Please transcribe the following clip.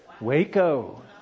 Waco